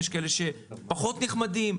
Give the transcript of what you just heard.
יש כאלה שהם פחות נחמדים,